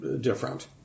different